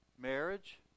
Marriage